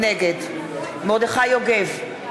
נגד מרדכי יוגב,